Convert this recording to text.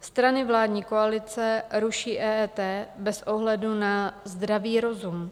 Strany vládní koalice ruší EET bez ohledu na zdravý rozum.